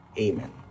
Amen